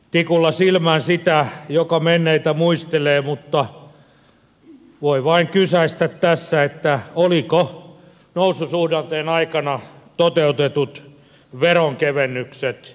tikulla silmään sitä joka menneitä muistelee mutta voi vain kysäistä tässä olivatko noususuhdanteen aikana toteutetut veronkevennykset järkeviä